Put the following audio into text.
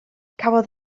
cafodd